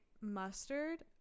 mustard